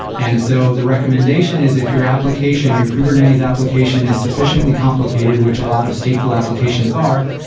and so the recommendation is if your application, your kubernetes application is sufficiently complicated, which a lot of stateful applications are,